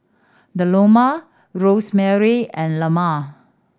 Delano Rosemarie and Lelah